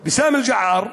וסאמי אל ג'עאר,